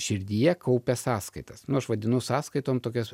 širdyje kaupia sąskaitas nu aš vadinu sąskaitom tokias